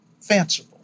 fanciful